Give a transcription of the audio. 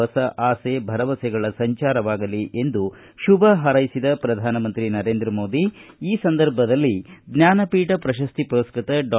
ಹೊಸ ಆಸೆ ಭರವಸೆಗಳ ಸಂಚಾರವಾಗಲಿ ಎಂದು ಶುಭ ಹಾರೈಸಿದ ಪ್ರಧಾನ ಮಂತ್ರಿ ನರೇಂದ್ರ ಮೋದಿ ಈ ಸಂದರ್ಭದಲ್ಲಿ ಜ್ವಾನಪೀಠ ಪ್ರಶಸ್ತಿ ಪುರಸ್ಪತ ಡಾ